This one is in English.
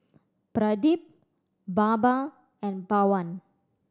Pradip Baba and Pawan